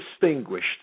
distinguished